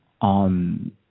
on